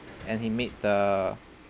and he made the